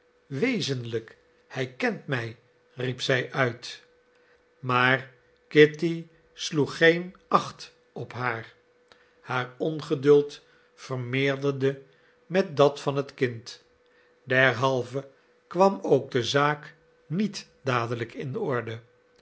wezenlijk hij kent mij riep zij uit maar kitty sloeg geen acht op haar haar ongeduld vermeerderde met dat van het kind derhalve kwam ook de zaak niet dadelijk in orde